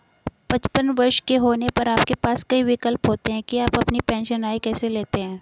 पचपन वर्ष के होने पर आपके पास कई विकल्प होते हैं कि आप अपनी पेंशन आय कैसे लेते हैं